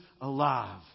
alive